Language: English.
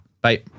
Bye